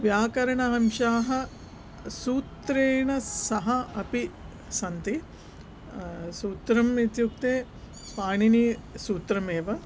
व्याकरण अंशाः सूत्रेण सह अपि सन्ति सूत्रम् इत्युक्ते पाणिनिसूत्रम् एव